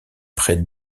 près